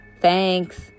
Thanks